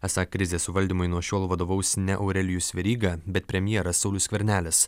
esą krizės suvaldymui nuo šiol vadovaus ne aurelijus veryga bet premjeras saulius skvernelis